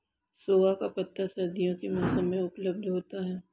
सोआ का पत्ता सर्दियों के मौसम में उपलब्ध होता है